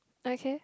okay